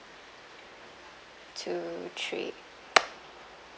two three